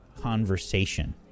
conversation